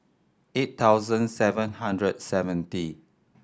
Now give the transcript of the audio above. eight thousand seven hundred seventy